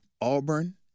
Auburn